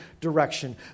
direction